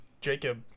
Jacob